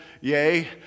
yay